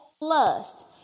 lust